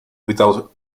without